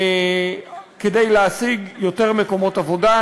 כדי להשיג יותר מקומות עבודה,